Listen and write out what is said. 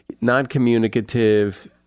non-communicative